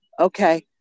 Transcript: okay